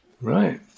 Right